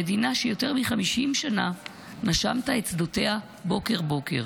המדינה שיותר מ-50 שנה נשמת את שדותיה בוקר-בוקר.